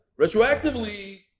Retroactively